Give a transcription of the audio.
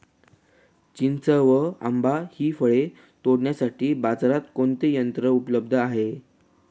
चिंच व आंबा हि फळे तोडण्यासाठी बाजारात कोणते यंत्र उपलब्ध आहे?